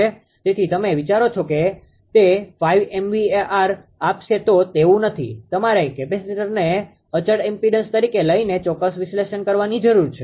તેથી તમે વિચારો છો કે તે 5 MVAr આપશે તો તેવુ નથી તમારે કેપેસિટરને અચળ ઈમ્પીડન્સ તરીકે લઈને ચોક્કસ વિશ્લેષણ કરવાની જરૂર છે